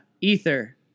ether